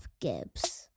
Gibbs